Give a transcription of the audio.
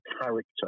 character